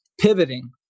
pivoting